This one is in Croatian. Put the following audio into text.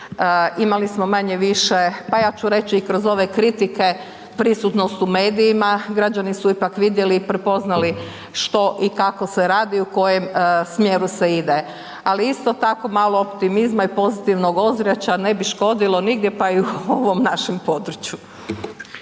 Imali smo manje-više, pa ja ću reći i kroz ove kritike prisutnost u medijima, građani su ipak vidjeli i prepoznali što i kako se radi i u kojem smjeru se ide. Ali isto tako malo optimizma i pozitivnog ozračja ne bi škodilo nigdje pa i u ovom našem području.